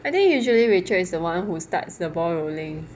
I think usually rachel is the one who starts the ball rolling